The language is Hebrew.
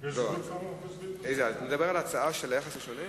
יש גבול כמה, אתה מדבר על ההצעה על היחס השונה?